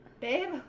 Babe